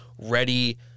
ready